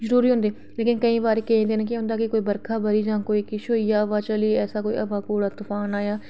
लेकिन केईं बारी केह् होंदा कि कुतै बरखा ब'री किश होई गेआ जां कुतै तफान आया